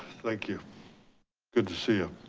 thank you good to see you.